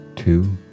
two